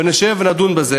ונשב ונדון בזה.